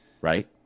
right